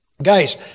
Guys